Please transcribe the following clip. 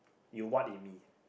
you what in me